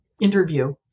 interview